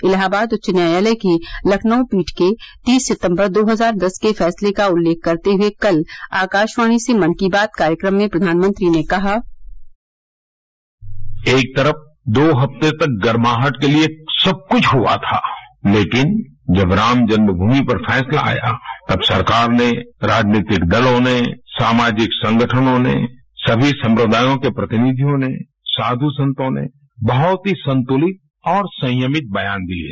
इलाहाबाद उच्च न्यायालय की लखनऊ पीठ के तीस सितम्बर दो हजार दस के फैसले का उल्लेख करते हुए कल आकाशवाणी से मन की बात कार्यक्रम में प्रधानमंत्री ने कहा एक तरफ दो हफ्ते तक गरमाहट के लिए सब कृष्ठ हुआ था लेकिन जब राम जन्म भूमि पर फैसला आया तब सरकार ने राजनीतिक दलों ने सामाजिक संगठनों ने समी संप्रदायों के प्रतिनिधियों ने साध् संतों ने बहुत ही संतुलित और संयमित बयान दिये